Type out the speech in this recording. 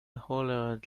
hollered